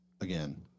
again